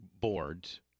boards